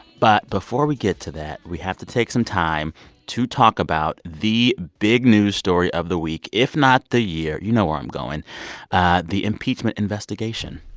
but before we get to that, we have to take some time to talk about the big news story of the week, if not the year. you know where i'm going ah the impeachment investigation.